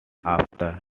after